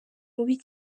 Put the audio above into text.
mubi